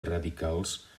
radicals